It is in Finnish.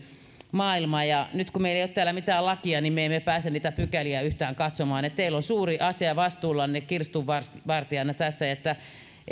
maailma ja nyt kun meillä ei ole täällä mitään lakia niin me emme pääse niitä pykäliä yhtään katsomaan teillä on suuri asia vastuullanne kirstunvartijana tässä